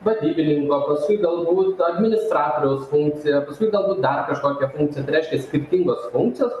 vadybininko paskui galbūt administratoriaus funkcija paskui galbūt dar kažkokio principe tai reiškia skirtingos funkcijos